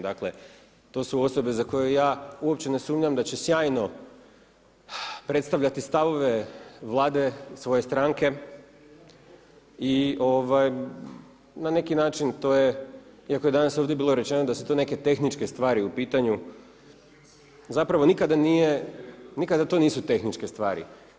Dakle to su osobe za koje ja uopće ne sumnjam da će sjajno predstavljati stavove Vlade svoje stranke i na neki način to je, iako je danas ovdje bilo rečeno da su to neke tehničke stvari u pitanju, zapravo nikada nije, nikada to nisu tehničke stvari.